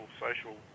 social